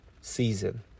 season